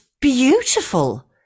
beautiful